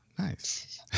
Nice